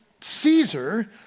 Caesar